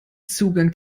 zugang